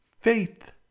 faith